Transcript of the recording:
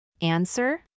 Answer